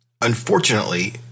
Unfortunately